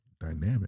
dynamic